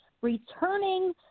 returning